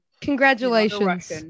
Congratulations